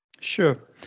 Sure